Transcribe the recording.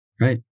Right